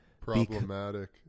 problematic